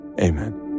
amen